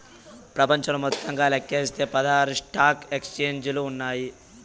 ప్రపంచంలో మొత్తంగా లెక్కిస్తే పదహారు స్టాక్ ఎక్స్చేంజిలు ఉన్నాయి